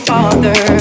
Father